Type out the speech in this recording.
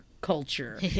culture